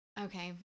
Okay